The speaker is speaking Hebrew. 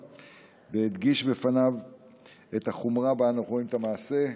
והדגיש בפניו את החומרה שבה אנחנו רואים את המעשה.